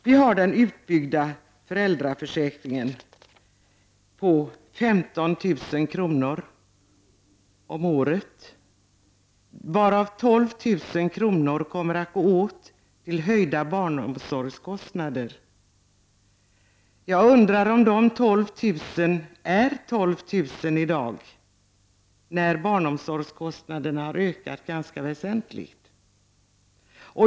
Vi har den utbyggda föräldraförsäkringen på 15 000 kr. om året varav 12 000 kr. kommer att åtgå till höjda barnomsorgskostnader. Jag undrar om dessa 12 000 kr. motsvarar de 12 000 kr. som hittills har utgått. Barnomsorgskostnaderna har ju ökat ganska väsentligt.